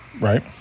Right